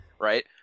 Right